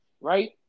Right